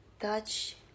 Touch